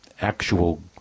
actual